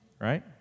right